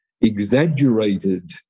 exaggerated